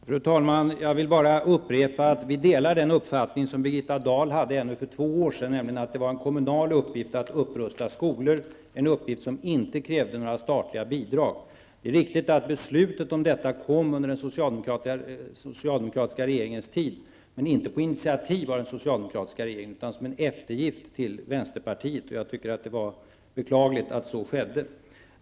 Fru talman! Jag vill bara upprepa att vi delar den uppfattning som Birgitta Dahl hade ännu för två år sedan, nämligen att det var en kommunal uppgift att upprusta skolor, en uppgift som inte krävde några statliga bidrag. Det är riktigt att beslutet om en upprustning fattades under den socialdemokratiska regeringens tid, men det var inte på initiativ av den socialdemokratiska regeringen, utan beslutet fattades som en eftergift åt vänsterpartiet. Det var beklagligt att så skedde.